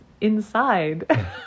inside